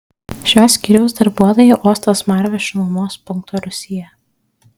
šio skyriaus darbuotojai uosto smarvę šilumos punkto rūsyje